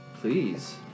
Please